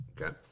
Okay